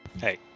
Hey